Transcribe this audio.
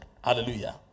hallelujah